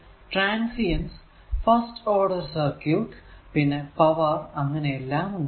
അതിൽ transients first order circuit പിന്നെ power അങ്ങനെയെല്ലാം ഉണ്ടാകും